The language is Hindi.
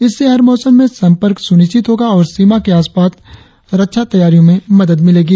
इससे हर मौसम में संपर्क सुनिश्चित होगा और सीमा के आसपास रक्षा तैयारियों में मदद मिलेगी